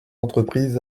entreprises